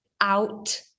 out